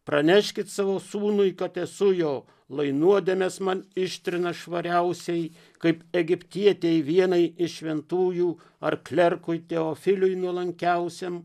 praneškit savo sūnui kad esu jo lai nuodėmes man ištrina švariausiai kaip egiptietei vienai iš šventųjų ar klerkui teofiliui nuolankiausiam